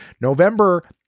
November